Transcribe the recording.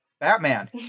Batman